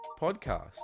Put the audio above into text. podcast